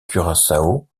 curaçao